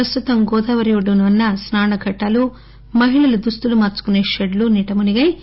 ప్రస్తుతం గోదవరి ఒడ్డున ఉన్న స్నానఘట్టాలు మహిళలు దుస్తులు మార్పుకునే షెడ్లు నీట మునిగాయి